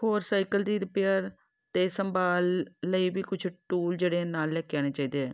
ਹੋਰ ਸਾਈਕਲ ਦੀ ਰਿਪੇਅਰ ਅਤੇ ਸੰਭਾਲ ਲਈ ਵੀ ਕੁਛ ਟੂਲ ਜਿਹੜੇ ਨਾਲ ਲੈ ਕੇ ਆਉਣੇ ਚਾਹੀਦੇ ਹੈ